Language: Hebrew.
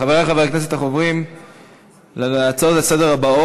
חברי חברי הכנסת, אנחנו עוברים להצעה הבאה